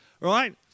right